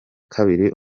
kabiri